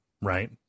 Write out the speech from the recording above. Right